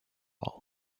all